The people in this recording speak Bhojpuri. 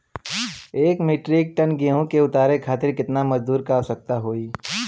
एक मिट्रीक टन गेहूँ के उतारे खातीर कितना मजदूर क आवश्यकता होई?